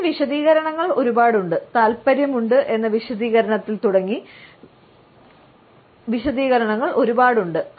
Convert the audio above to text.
ഇതിനു വിശദീകരണങ്ങൾ ഒരുപാടുണ്ട് താൽപ്പര്യമുണ്ട് എന്ന വിശദീകരണത്തിൽ തുടങ്ങി വിശദീകരണങ്ങൾ ഒരുപാടുണ്ട്